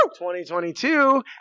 2022